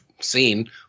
seen